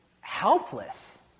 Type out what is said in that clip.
helpless